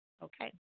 Okay